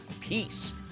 peace